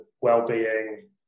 well-being